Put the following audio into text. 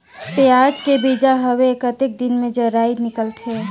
पियाज के बीजा हवे कतेक दिन मे जराई निकलथे?